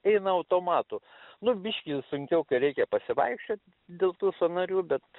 eina automatu nu biškį sunkiau kai reikia pasivaikščiot dėl tų sąnarių bet